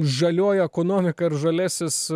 žalioji ekonomika ir žaliasis